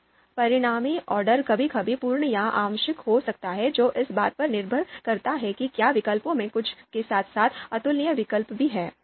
अब परिणामी ऑर्डर कभी कभी पूर्ण या आंशिक हो सकता है जो इस बात पर निर्भर करता है कि क्या विकल्पों में से कुछ के साथ साथ अतुलनीय विकल्प भी हैं